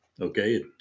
Okay